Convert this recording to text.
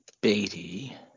Beatty